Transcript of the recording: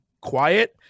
quiet